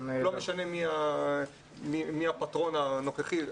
לא משנה מי הפטרון הנוכחי.